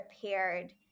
prepared